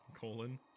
Colon